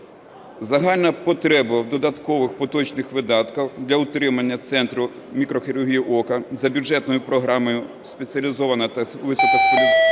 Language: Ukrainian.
Загальна потреба в додаткових поточних видатках для утримання Центру мікрохірургії ока за бюджетною програмою "Спеціалізована та високоспеціалізована